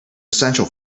essential